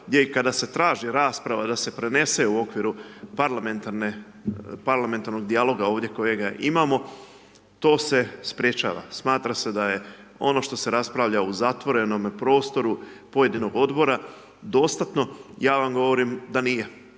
gdje i kada se traži rasprava da se prenese u okviru parlamentarnog dijaloga ovdje kojega imamo, to se sprječava. Smatra se da je ono što se raspravlja u zatvorenom prostoru pojedinog Odbora dostatno, ja vam govorim da nije.